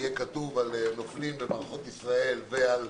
יהיה כתוב על נופלים במערכות ישראל ועל